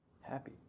happy